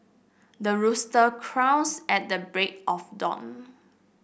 the rooster crows at the break of dawn